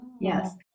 yes